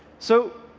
so,